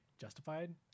justified